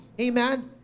amen